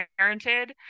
parented